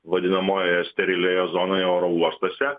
vadinamojoje sterilioje zonoje oro uostuose